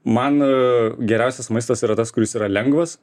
man geriausias maistas yra tas kuris yra lengvas